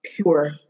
Pure